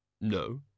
No